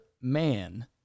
man